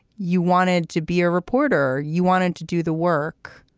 you wanted to be a reporter. you wanted to do the work.